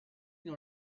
dans